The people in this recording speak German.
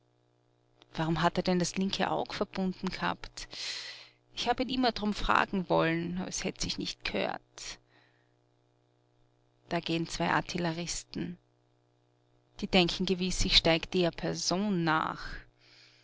warum hat er denn das linke aug verbunden gehabt ich hab ihn immer d'rum fragen wollen aber es hätt sich nicht gehört da geh'n zwei artilleristen die denken gewiß ich steig der person nach